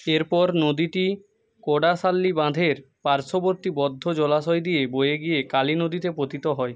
এরপর নদীটি কোডাসাল্লি বাঁধের পার্শ্ববর্তী বদ্ধ জলাশয় দিয়ে বয়ে গিয়ে কালী নদীতে পতিত হয়